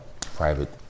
private